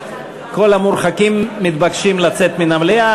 כל המורחקים מתבקשים לצאת מן המליאה.